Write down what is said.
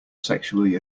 sexually